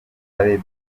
label